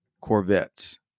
Corvettes